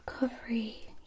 recovery